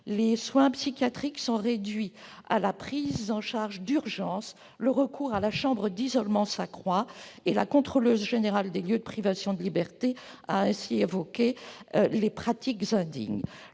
Les soins psychiatriques sont réduits à la prise en charge d'urgence, le recours à la chambre d'isolement s'accroît, conduisant la Contrôleuse générale des lieux de privation de liberté à évoquer « des pratiques indignes